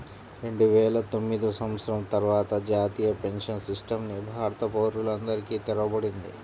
రెండువేల తొమ్మిది సంవత్సరం తర్వాత జాతీయ పెన్షన్ సిస్టమ్ ని భారత పౌరులందరికీ తెరవబడింది